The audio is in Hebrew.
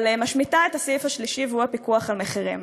אבל משמיטה את הסעיף השלישי והוא הפיקוח על מחירים.